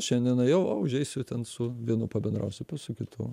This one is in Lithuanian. šiandien nuėjau o užeisiu ten su vienu pabendrausiu su kitu